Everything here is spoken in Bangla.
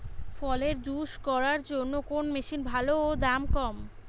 ফলের জুস করার জন্য কোন মেশিন ভালো ও দাম কম?